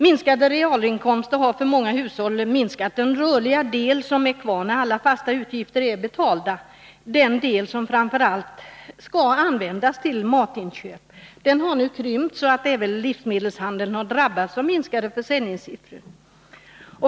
Minskade realinkomster har för många hushåll minskat den rörliga del som är kvar när alla fasta utgifter är betalda. Den del som framför allt används till matinköp har nu krympt så att även livsmedelshandeln drabbats av minskade försäljningssiffror.